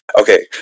okay